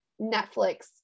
Netflix